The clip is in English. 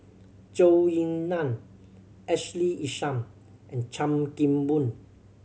Zhou Ying Nan Ashley Isham and Chan Kim Boon